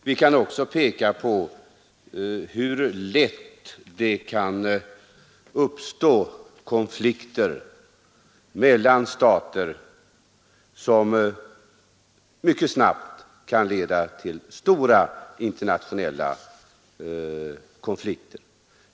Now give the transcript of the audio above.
Vi kan också peka på hur lätt det kan uppstå situationer som mycket snart kan leda till stora internationella konflikter.